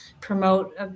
promote